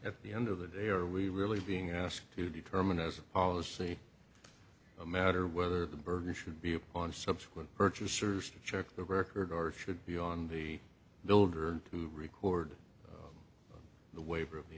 at the end of the day are we really being asked to determine as a policy matter whether the burden should be upon subsequent purchasers to check the record or should be on the builder to record the waiver